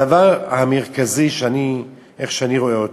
הדבר המרכזי, כמו שאני רואה אותו: